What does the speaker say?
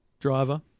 Driver